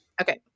Okay